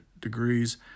degrees